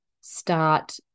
start